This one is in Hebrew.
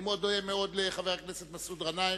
אני מודה מאוד לחבר הכנסת מסעוד גנאים,